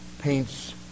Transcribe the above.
paints